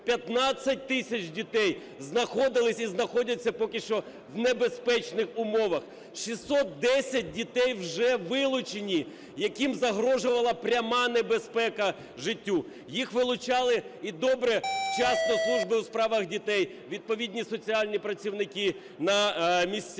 15 тисяч дітей знаходились і знаходяться поки що в небезпечних умовах. 610 дітей вже вилучені, яким загрожувала пряма небезпека життю. Їх вилучали, і, добре, вчасно Службою у справах дітей, відповідні соціальні працівники на місцях.